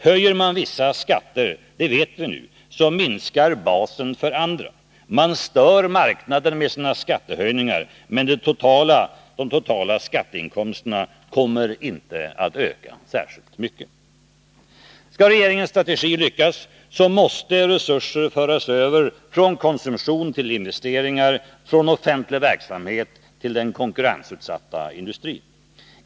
Höjer man vissa skatter minskar — det vet vi nu — basen för andra. Man stör marknaden med sina skattehöjningar, men de totala skatteinkomsterna kommer inte att öka särskilt mycket. Skall regeringens strategi lyckas måste resurser föras över från konsumtion till investeringar, från offentlig verksamhet till den konkurrensutsatta industrin.